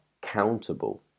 countable